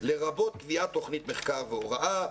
לרבות קביעת תכנית מחקר והוראה,